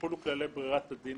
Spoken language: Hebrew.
יחולו כללי ברירת הדין